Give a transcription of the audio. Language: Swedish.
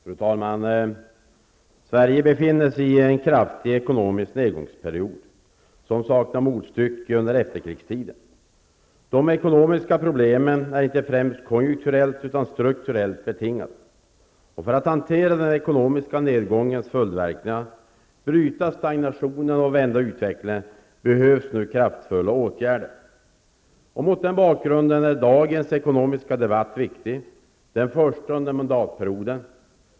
Fru talman! Sverige befinner sig i en kraftig ekonomisk nedgångsperiod, som saknar motstycke under efterkrigstiden. De ekonomiska problemen är inte främst konjunkturellt utan strukturellt betingade. För att hantera den ekonomiska nedgångens följdverkningar, bryta stagnationen och vända utvecklingen behövs kraftfulla åtgärder. Mot den bakgrunden är dagens ekonomiska debatt viktig, den första under mandatperioden.